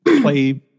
play